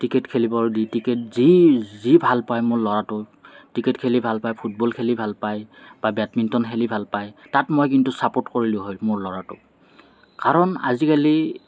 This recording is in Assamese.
ক্ৰিকেট খেলিবৰ যি ক্ৰিকেট যি যি ভাল পায় মোৰ ল'ৰাটো ক্ৰিকেট খেলি ভাল পায় ফুটবল খেলি ভাল পায় বা বেটমিণ্টন খেলি ভাল পায় তাত মই কিন্তু চাপৰ্ট কৰিলোঁ হয় মোৰ ল'ৰাটোক কাৰণ আজিকালি